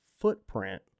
footprint